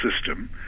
system